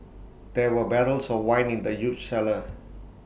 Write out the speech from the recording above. there were barrels of wine in the huge cellar